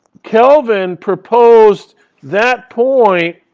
kelvin proposed that point